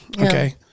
okay